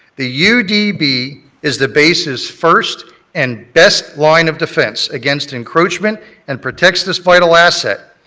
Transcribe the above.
the u d b. is the base's first and best line of defense against encroachment and protects this vital asset.